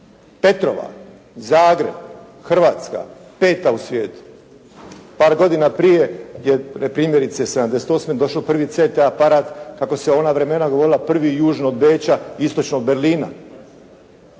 Petrova, Zagreb, Hrvatska, peta u svijetu. Par godina prije je primjerice '78 došao prvi CT aparat, kako se u ona govorilo prvi južno od Beća, istočnog Berlina,